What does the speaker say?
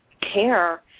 care